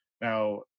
Now